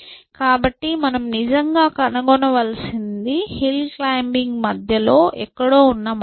కాబట్టి మనం నిజంగా కనుగొనవలసినది హిల్ క్లైమ్బింగ్ మధ్యలో ఎక్కడో ఉన్న మార్గాలు